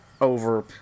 over